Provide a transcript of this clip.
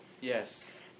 Yes